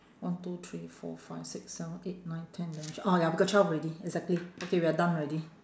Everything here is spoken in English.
one two three four five six seven eight nine ten eleven twelve oh ya we got twelve already exactly okay we are done already